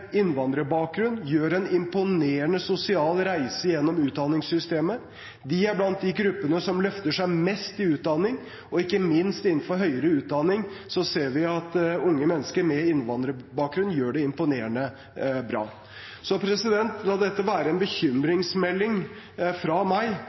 innvandrerbakgrunn gjør en imponerende sosial reise gjennom utdanningssystemet. De er blant de gruppene som løfter seg mest i utdanning, og ikke minst innenfor høyere utdanning ser vi at unge mennesker med innvandrerbakgrunn gjør det imponerende bra. La dette være en